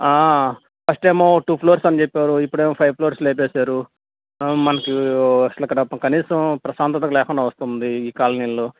ఫస్టెమో two floors అని చెప్పారు ఇప్పుడేమో ఫైవ్ ఫ్లోర్స్ లేపేశారు మనకు అసలు ఇక్కడ కనీసం ప్రశాంతత లేకుండా వస్తుంది ఈ కాలనీల్లో